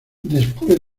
después